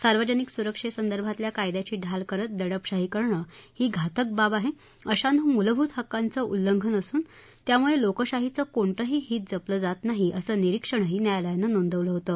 सार्वजनिक सुरक्षेसंदर्भातल्या कायद्याची ढाल करत दडपशाही करणं ही घातक बाब आहे अशानं मूलभूत हक्कांचं उल्लंघन असून त्यामुळे लोकशाहीचं कोणतंही हीत जपलं जात नाही असं निरीक्षणही न्यायालयानं नोंदवलं होतं